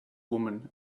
woman